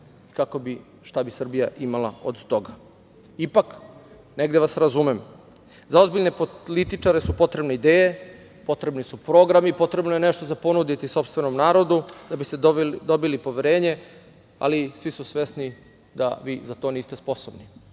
kako bi, šta bi Srbija imala od toga. Ipak, negde vas razumem, za ozbiljne političare su potrebne ideje, potrebni su programi, potrebno je nešto za ponuditi sopstvenom narodu da biste dobili poverenje, ali svi su svesni da vi za to niste sposobni. Narod